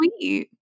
sweet